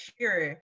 sure